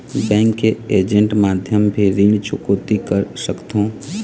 Bank के agent माध्यम भी ऋण चुकौती कर सकथों?